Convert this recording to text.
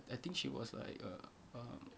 I think she was like err um